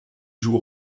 joue